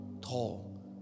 tall